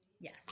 yes